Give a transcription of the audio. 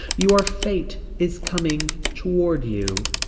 your fate is coming toward you.